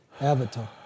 Avatar